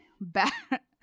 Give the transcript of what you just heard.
back